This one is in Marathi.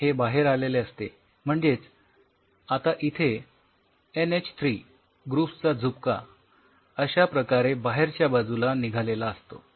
हे बाहेर आलेले असते म्हणजेच आता इथे एनएच थ्री ग्रुप्सचा झुपका अश्या प्रकारे बाहेरच्या बाजूला निघालेला असतो